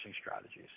strategies